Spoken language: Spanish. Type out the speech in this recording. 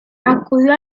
acudió